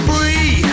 Free